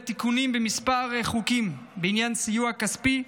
תיקונים בכמה חוקים בעניין סיוע כספי,